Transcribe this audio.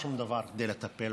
בו,